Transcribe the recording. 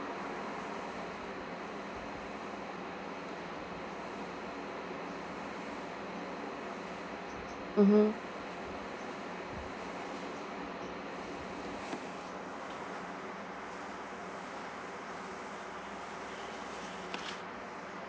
mmhmm